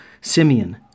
Simeon